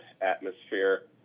atmosphere